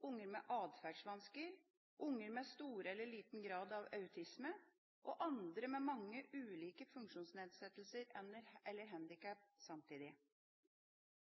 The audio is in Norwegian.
unger med atferdsvansker, unger med stor eller liten grad av autisme, og andre med mange ulike funksjonsnedsettelser eller handikap samtidig.